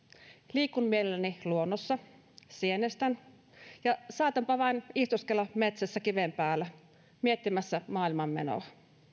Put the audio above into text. liikun mielelläni luonnossa sienestän ja saatanpa vain istuskella metsässä kiven päällä miettimässä maailman menoa